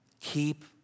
Keep